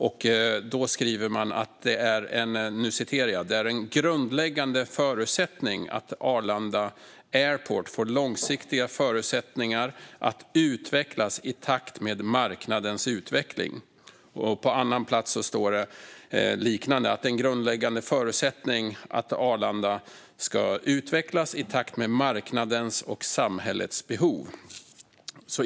Man skriver "att en grundläggande förutsättning är att Stockholm Arlanda Airport får långsiktiga förutsättningar att utvecklas i takt med marknadens utveckling". På en annan plats står det något liknande, att det är en grundläggande förutsättning att Arlanda ska "utvecklas i takt med marknadens och samhällets behov".